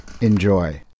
Enjoy